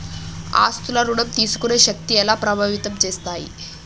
ఆస్తుల ఋణం తీసుకునే శక్తి ఎలా ప్రభావితం చేస్తాయి?